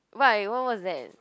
why what was that